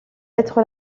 être